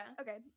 Okay